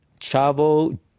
Chavo